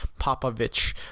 Popovich